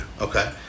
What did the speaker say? okay